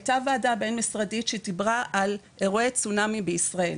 הייתה ועדה בין-משרדית שדיברה על אירועי צונאמי בישראל.